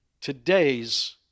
today's